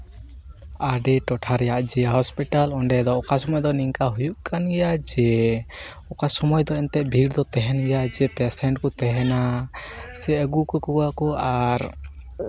ᱟᱞᱮ ᱴᱚᱴᱷᱟ ᱨᱮᱭᱟᱜ ᱡᱮ ᱦᱚᱥᱯᱤᱴᱟᱞ ᱚᱸᱰᱮ ᱫᱚ ᱚᱠᱟ ᱚᱢᱚᱭ ᱫᱚ ᱱᱤᱝᱠᱟ ᱦᱩᱭᱩᱜ ᱠᱟᱱ ᱜᱮᱭᱟ ᱡᱮ ᱚᱠᱟ ᱚᱢᱚᱭ ᱫᱚ ᱮᱱᱛᱮᱜ ᱵᱷᱤᱲ ᱫᱚ ᱛᱟᱦᱮᱱ ᱜᱮᱭᱟ ᱡᱮ ᱯᱮᱥᱮᱱᱴ ᱠᱚ ᱛᱟᱦᱮᱱᱟ ᱥᱮ ᱟᱹᱜᱩ ᱠᱟᱠᱚᱣᱟ ᱠᱚ ᱟᱨ